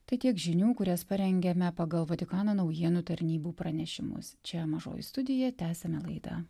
tai tiek žinių kurias parengėme pagal vatikano naujienų tarnybų pranešimus čia mažoji studija tęsiame laidą